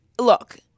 Look